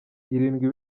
irindwi